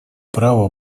право